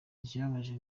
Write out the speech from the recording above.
ikibabaje